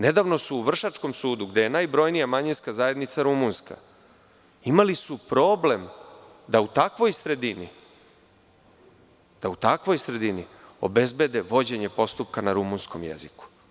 Nedavno su u vršačkom sudu, gde je najbrojnija manjinska zajednica rumunska, imali su problem da u takvoj sredini obezbede vođenje postupka na rumunskom jeziku.